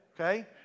Okay